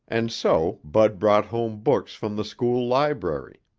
and so bud brought home books from the school library.